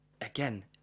again